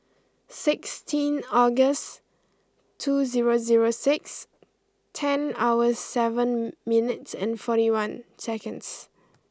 sixteen August two zero zero six ten hour seven minutes and forty one seconds